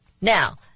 Now